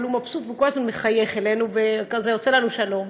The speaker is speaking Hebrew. אבל הוא מבסוט וכל הזמן מחייך אלינו ועושה לנו שלום.